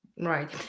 Right